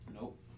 Nope